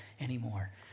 anymore